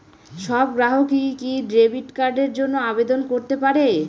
সব গ্রাহকই কি ডেবিট কার্ডের জন্য আবেদন করতে পারে?